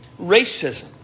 racism